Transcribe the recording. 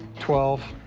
twelve,